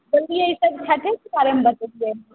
बोललियै ई सभ छठिके बारेमे बतेलियै ने